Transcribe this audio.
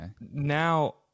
now